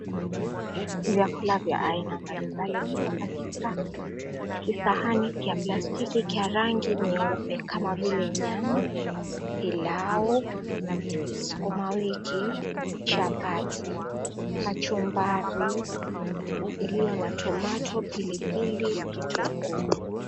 Vyakula vya aina mbalimbali viko katika kisahani kiyaplastiki kenye rangi nyeupe kama vile nyama, pilau, sukumawiki, chapati, kachumbari iliyo na tomato , pilipili, kitungu.